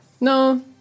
No